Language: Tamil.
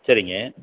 சரிங்க